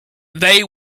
they